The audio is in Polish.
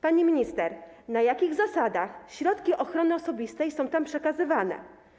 Pani minister, na jakich zasadach środki ochrony osobistej są tam przekazywane?